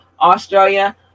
Australia